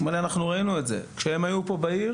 הוא אמר לי, אנחנו ראינו את זה, כשהם היו פה בעיר,